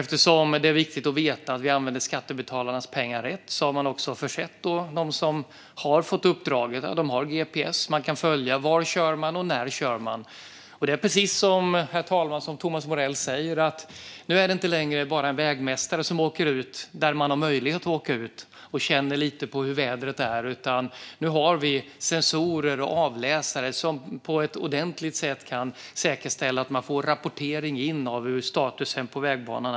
Eftersom det är viktigt att veta att skattebetalarnas pengar används rätt har man också försett dem som har fått uppdraget med en gps så att det går att följa var och när de kör. Herr ålderspresident! Det är precis som Thomas Morell säger; det är inte längre bara en vägmästare som åker ut, där man har möjlighet att åka ut, och känner lite hur vädret är. Nu har vi sensorer och avläsare som på ett ordentligt sätt kan säkerställa att man får in rapportering om statusen på vägbanan.